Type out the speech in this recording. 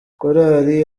korali